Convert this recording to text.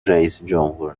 رییسجمهور